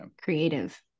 Creative